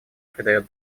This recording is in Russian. придает